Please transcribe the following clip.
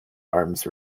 arms